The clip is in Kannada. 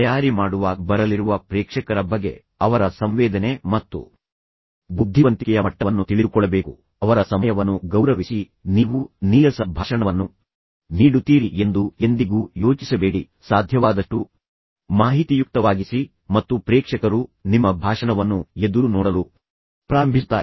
ತಯಾರಿ ಮಾಡುವಾಗ ಬರಲಿರುವ ಪ್ರೇಕ್ಷಕರ ಬಗೆ ಅವರ ಸಂವೇದನೆ ಮತ್ತು ಬುದ್ಧಿವಂತಿಕೆಯ ಮಟ್ಟವನ್ನು ತಿಳಿದುಕೊಳ್ಳಬೇಕು ಅವರ ಸಮಯವನ್ನು ಗೌರವಿಸಿ ನೀವು ನೀರಸ ಭಾಷಣವನ್ನು ನೀಡುತ್ತೀರಿ ಎಂದು ಎಂದಿಗೂ ಯೋಚಿಸಬೇಡಿ ಸಾಧ್ಯವಾದಷ್ಟು ಆಸಕ್ತಿದಾಯಕವಾಗಿಸಿ ಮಾಹಿತಿಯುಕ್ತವಾಗಿಸಿ ಮತ್ತು ಪ್ರೇಕ್ಷಕರು ನಿಮ್ಮ ಭಾಷಣವನ್ನು ಎದುರುನೋಡಲು ಪ್ರಾರಂಭಿಸುತ್ತಾರೆ